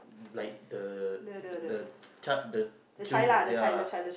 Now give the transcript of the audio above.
like the the chart the chil~ ya